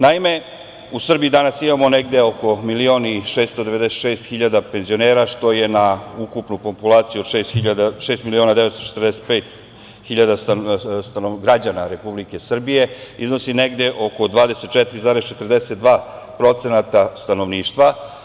Naime, u Srbiji danas imamo negde oko 1.696.000 penzionera, što na ukupnu populaciju od 6.945.000 građana Republike Srbije iznosi negde oko 24,42% stanovništva.